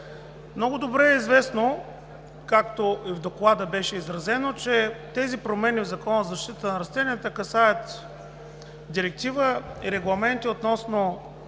Много добре е известно, както беше изразено в Доклада, че тези промени в Закона за защита на растенията касаят Директива и Регламент относно